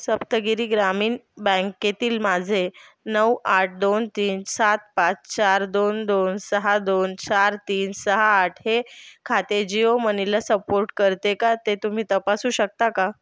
सप्तगिरी ग्रामीण बँकेतील माझे नऊ आठ दोन तीन सात पाच चार दोन दोन सहा दोन चार तीन सहा आठ हे खाते जिओ मनीला सपोर्ट करते का ते तुम्ही तपासू शकता का